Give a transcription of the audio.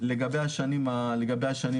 לגבי השנים הקרובות.